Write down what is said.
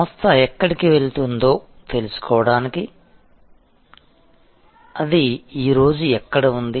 సంస్థ ఎక్కడికి వెళుతుందో తెలుసుకోవడానికి అది ఈ రోజు ఎక్కడ ఉంది